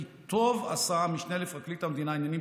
כי "טוב עשה המשנה לפרקליט המדינה לעניינים